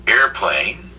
Airplane